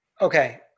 okay